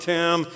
Tim